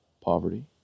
poverty